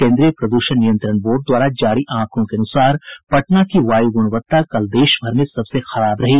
केन्द्रीय प्रदूषण नियंत्रण बोर्ड द्वारा जारी आंकड़ों के अनुसार पटना की वायु गुणवत्ता कल देशभर में सबसे खराब रही